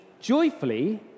joyfully